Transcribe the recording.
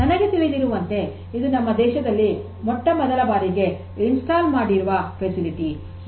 ನನಗೆ ತಿಳಿದಿರುವಂತೆ ಇದು ನಮ್ಮ ದೇಶದಲ್ಲಿ ಮೊಟ್ಟ ಮೊದಲ ಬಾರಿಗೆ ಅನುಸ್ಥಾಪನ ಮಾಡಿರುವ ಸೌಲಭ್ಯ